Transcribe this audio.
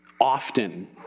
often